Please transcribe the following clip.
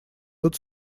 тут